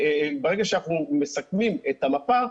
ברגע שאנחנו מסכמים את המפה,